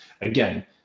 Again